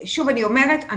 אני אומרת שוב,